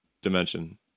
dimension